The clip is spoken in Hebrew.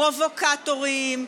פרובוקטורים,